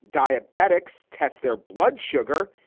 diabetics tests their blood sugar.